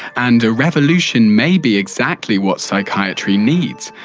and a revolution may be exactly what psychiatry needs,